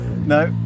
no